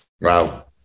Wow